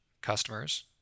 customers